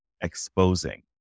exposing